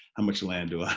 much land do i